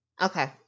Okay